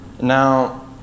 Now